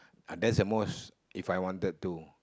that's the most If I wanted to